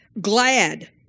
Glad